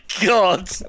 God